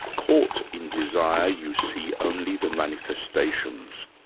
caught in desire you see only the manifestations.